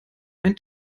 ein